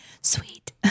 sweet